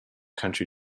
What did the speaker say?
country